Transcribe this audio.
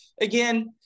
again